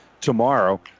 tomorrow